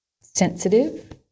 sensitive